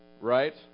Right